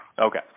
Okay